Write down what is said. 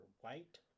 white